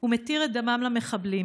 ומתיר את דמם למחבלים,